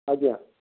ଆଜ୍ଞା